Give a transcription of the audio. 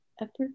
effort